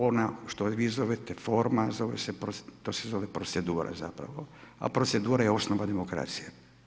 Ona što vi zovete forma, zove se procedura zapravo, a procedura je osnova demokracije.